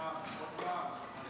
עוד פעם?